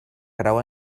grau